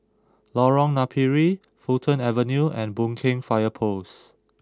Lorong Napiri Fulton Avenue and Boon Keng Fire Post